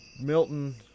Milton